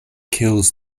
kills